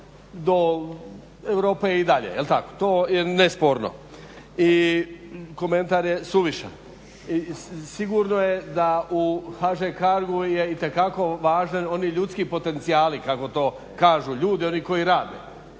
do Europe i dalje to je nesporno i komentar je suvišan. I sigurno je da u HŽ Cargu je itekako važan oni ljudski potencijali kako to kažu, ljudi oni koji rade